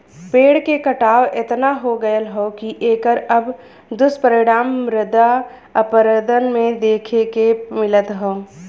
पेड़ के कटाव एतना हो गयल हौ की एकर अब दुष्परिणाम मृदा अपरदन में देखे के मिलत हौ